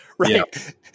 Right